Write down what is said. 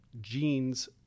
genes